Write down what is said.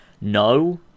No